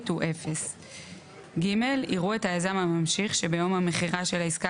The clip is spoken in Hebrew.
הוא 0. (ג)יראו את היזם הממשיך שביום המכירה של העסקה